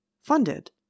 funded